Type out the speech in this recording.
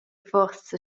forsa